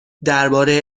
درباره